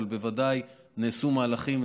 אבל בוודאי נעשו מהלכים,